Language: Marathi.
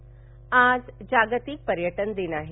पर्यटन पर्व आज जागतिक पर्यटन दिन आहे